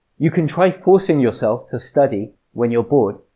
you can try forcing yourself to study when you're bored,